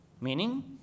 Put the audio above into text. Meaning